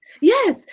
yes